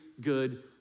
good